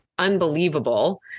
unbelievable